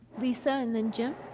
lisa, and then jim.